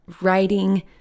Writing